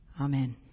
Amen